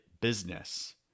business